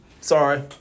Sorry